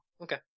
Okay